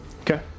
Okay